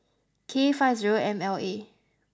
K five zero M L A